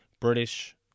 British